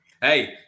Hey